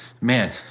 man